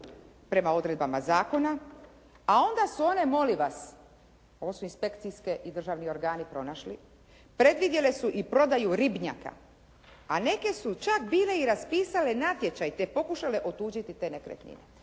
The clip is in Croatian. prema odredbama zakona a onda su one molim vas, ovo su inspekcijski i državni organi pronašli, predvidjele su i prodaju ribnjaka a neke su čak bile i raspisale natječaj te pokušale otuđiti te nekretnine.